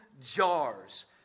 jars